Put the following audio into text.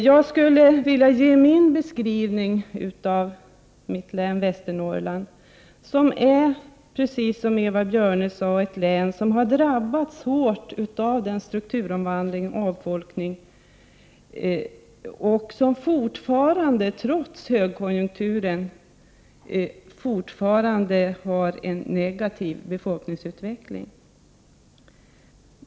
Jag vill ge min beskrivning av mitt län, Västernorrland, ett län som, precis som Eva Björne sade, drabbats hårt av strukturomvandling och avfolkning och som trots högkonjunktur fortfarande har en negativ befolkningsutveckling.